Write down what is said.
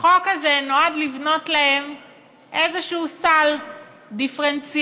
החוק הזה נועד לבנות להם איזשהו סל דיפרנציאלי,